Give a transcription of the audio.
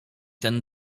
ten